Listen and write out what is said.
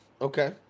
Okay